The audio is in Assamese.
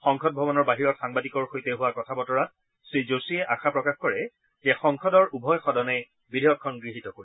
সংসদ ভৱনৰ বাহিৰত সাংবাদিকৰ সৈতে হোৱা কথা বতৰাত শ্ৰীযোচীয়ে আশা প্ৰকাশ কৰে যে সংসদৰ উভয় সদনে বিধেয়কখন গৃহীত কৰিব